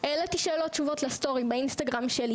העליתי שאלות, תשובות לסטורי באינסטגרם שלי.